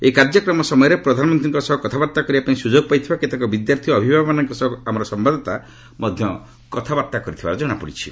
ଏହି କାର୍ଯ୍ୟକ୍ରମ ସମୟରେ ପ୍ରଧାନମନ୍ତ୍ରୀଙ୍କ ସହ କଥାବାର୍ତ୍ତା କରିବାପାଇଁ ସୁଯୋଗ ପାଇଥିବା କେତେକ ବିଦ୍ୟାର୍ଥୀ ଓ ଅଭିଭାବକମାନଙ୍କ ସହ ଆମ ସମ୍ଭାଦଦାତା କଥାବାର୍ତ୍ତା କରିଥିବା ଜଣାଇଛନ୍ତି